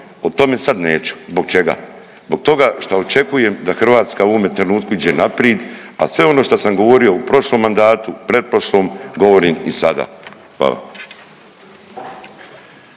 o tome sad neću. Zbog čega? Zbog toga šta očekujem da Hrvatska u ovome trenutku iđe naprid, a sve ono što sam govorio u prošlom mandatu, pretprošlom govorim i sada. Hvala.